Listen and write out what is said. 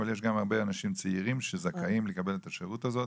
אבל יש גם הרבה אנשים צעירים שזכאים לקבל את השירות הזה.